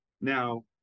Now